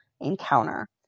encounter